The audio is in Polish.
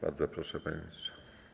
Bardzo proszę, panie ministrze.